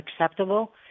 acceptable